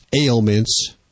ailments